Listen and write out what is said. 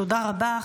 תודה רבה.